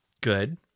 Good